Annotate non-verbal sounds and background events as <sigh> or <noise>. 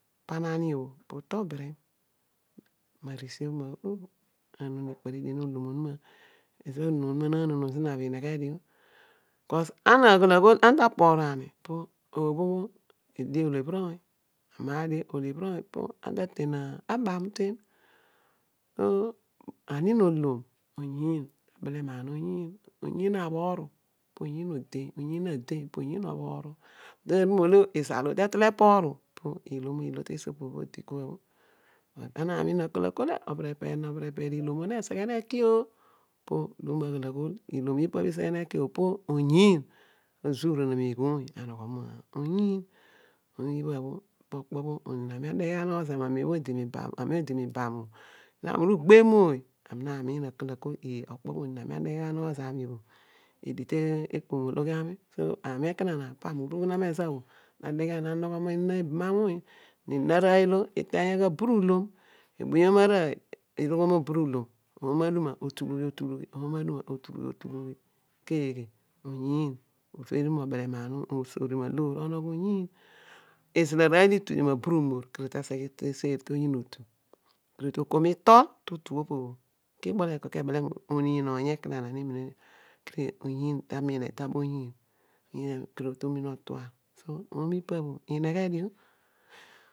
Pana ani bho po tol birim mari si obho ami namiin ikpari dien olom onu ma oh, ezo bho oniin onum bho na nonom zina bho inegho dio lakus ana ughol agho ane ta poru ana, odi olobhir oony, maar io olobhir oony edie obo bhir oony amadie olobhir oony pane ta ten, se abam ten ani nolom oyiin mabele maen oyiin, oyiin na bhoru poyiin odeny, oyiin na adeng, poyiin obhoru, naru molo izal bhe te tol eporu pi ilom ilo te egi po obho odi kua, ana namiin akol akol, ah obheripeer nobherepier ni seghe ne ki oh, po lom aghol ilom ipa bho neseghe me ki bho poyiin azuruna meghoony anogho moyiin omo ibha bho po okpo lo ani ami adeghe anogho ma mem ami odi mibam adeghe gha anogho zani ma mem obho ami odi mibam bho, ami uru ughebh mooy <hesitation> olobhir oony tamiin edaba onuma kedio tomina otuan ineghe dio, so omo ipo bha ineghe dio.